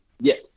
Yes